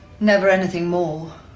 never anything more.